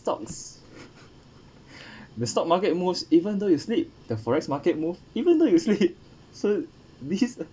stocks the stock market most even though you sleep the forex market move even though you sleep so this